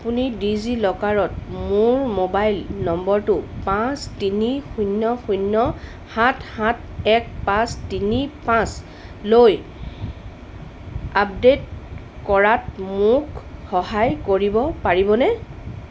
আপুনি ডিজি লকাৰত মোৰ মোবাইল নম্বৰটো পাঁচ তিনি শূণ্য শূণ্য সাত সাত এক পাঁচ তিনি পাঁচ লৈ আপডেট কৰাত মোক সহায় কৰিব পাৰিবনে